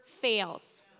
fails